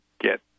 get